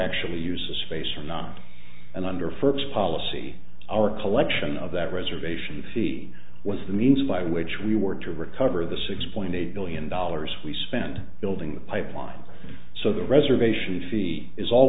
actually use the space or not and under first policy our collection of that reservation fee was the means by which we were to recover the six point eight billion dollars we spend building the pipeline so the reservation fee is all